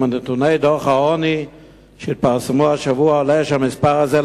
ומנתוני דוח העוני שהתפרסמו השבוע עולה שהמספר הזה,